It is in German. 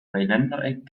dreiländereck